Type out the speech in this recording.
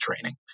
training